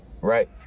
Right